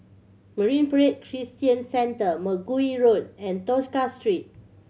Marine Parade Christian Centre Mergui Road and Tosca Street